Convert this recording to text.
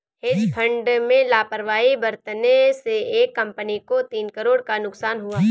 hedge fund में लापरवाही बरतने से एक कंपनी को तीन करोड़ का नुकसान हुआ